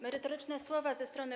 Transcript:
Merytoryczne słowa ze strony